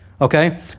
Okay